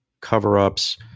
cover-ups